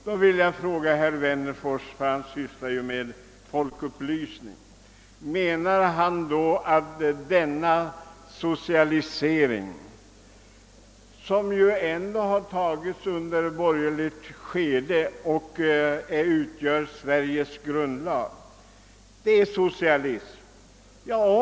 Jag vill då fråga herr Wennerfors, som ju sysslar med folkupplysning, om han menar att grundlagen, som ju ändå har kommit till under ett borgerligt skede, är socialism?